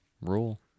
rule